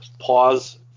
pause